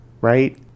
right